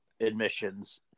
admissions